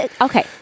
Okay